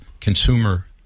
consumer